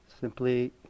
simply